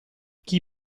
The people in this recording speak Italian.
chi